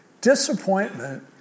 Disappointment